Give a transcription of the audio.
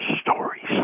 stories